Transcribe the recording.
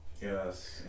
yes